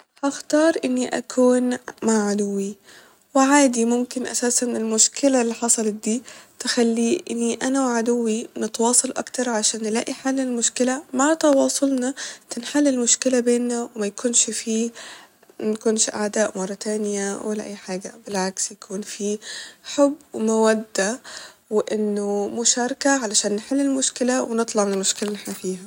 هختار اني اكون مع عدوي وعادي ممكن اساسا المشلكة اللي حصلت دي تخلي اني انا وعدوي نتواصل اكتر عشان نلاقي حل للمشكلة ، مع تواصلنا تنحل المشكلة بينا وميكونش في ، منكونش اعداء مرة تانية ولا اي حاجة، بالعكس يكون في حب ومودة وانه مشاركة عشان نحل المشكلة ونطلع م المشكلة اللي احنا فيها